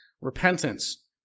repentance